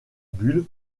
bulles